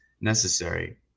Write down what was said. necessary